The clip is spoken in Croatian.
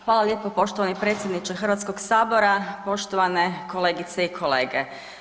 Hvala lijepo poštovani predsjedniče HS, poštovane kolegice i kolege.